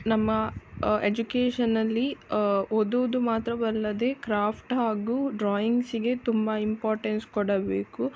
ನಮ್ಮ ಎಜುಕೇಷನಲ್ಲಿ ಓದುವುದು ಮಾತ್ರವಲ್ಲದೇ ಕ್ರಾಫ್ಟ್ ಹಾಗು ಡ್ರಾಯಿಂಗ್ಸಿಗೆ ತುಂಬ ಇಂಪಾರ್ಟೆನ್ಸ್ ಕೊಡಬೇಕು